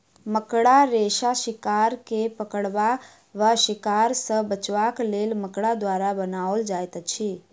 मकड़ा रेशा शिकार के पकड़बा वा शिकार सॅ बचबाक लेल मकड़ा द्वारा बनाओल जाइत अछि